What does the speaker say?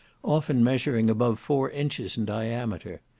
often measuring above four inches in diameter.